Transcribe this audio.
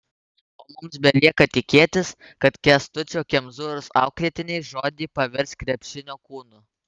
o mums belieka tikėtis kad kęstučio kemzūros auklėtiniai žodį pavers krepšinio kūnu